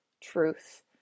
truth